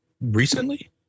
Recently